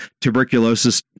tuberculosis